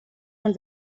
von